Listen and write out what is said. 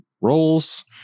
roles